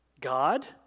God